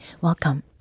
Welcome